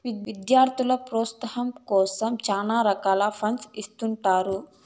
విద్యార్థుల ప్రోత్సాహాం కోసం చాలా రకాల ఫండ్స్ ఇత్తుంటారు